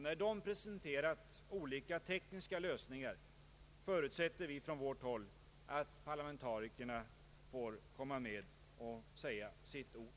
När de har presenterat olika tekniska lösningar förutsätter vi från vårt håll att parlamentarikerna får komma med och säga sitt ord.